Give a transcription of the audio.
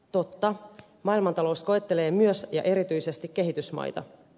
totta maailmantalous koettelee myös ja erityisesti kehitysmaita